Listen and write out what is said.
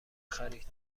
خرید